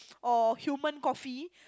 or human coffee